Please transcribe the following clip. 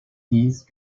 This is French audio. disent